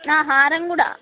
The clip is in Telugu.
హారం కూడా